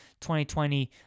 2020